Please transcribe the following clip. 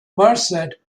merced